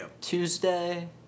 Tuesday